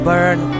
Burn